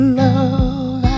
love